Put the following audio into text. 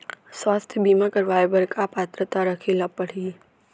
स्वास्थ्य बीमा करवाय बर का पात्रता रखे ल परही?